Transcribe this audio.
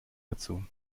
dazu